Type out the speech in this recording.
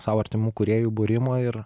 sau artimų kūrėjų būrimo ir